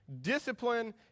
Discipline